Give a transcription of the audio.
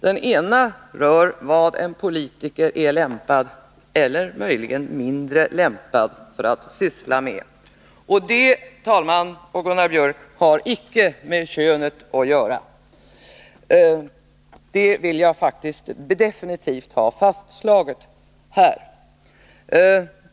Den ena rör vad en politiker är lämpad eller möjligen mindre lämpad att syssla med. Och det, herr talman och Gunnar Biörck, har inte med könet att göra. Det vill jag faktiskt definitivt ha fastslaget här.